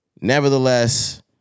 nevertheless